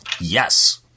Yes